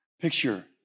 Picture